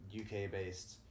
UK-based